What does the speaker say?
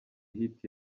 hit